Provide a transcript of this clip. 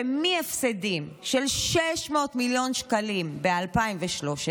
מהפסדים של 600 מיליון שקלים ב-2013